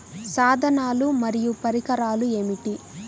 సాధనాలు మరియు పరికరాలు ఏమిటీ?